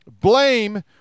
Blame